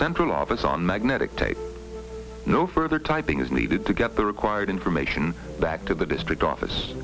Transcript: central office on magnetic tape no further typing is needed to get the required information back to the district office